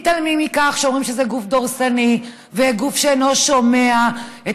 מתעלמים מכך שאומרים שזה גוף דורסני וגוף שאינו שומע את